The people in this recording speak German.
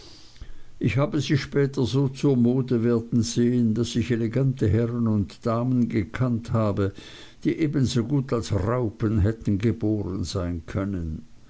ich habe sie später so zur mode werden sehen daß ich elegante herren und damen gekannt habe die ebensogut als raupen hätten geboren sein können